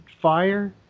fire